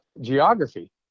geography